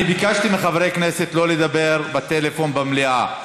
אני ביקשתי מחברי הכנסת לא לדבר בפלאפון במליאה.